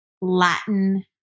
Latin